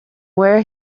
where